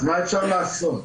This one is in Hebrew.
אז מה אפשר לעשות?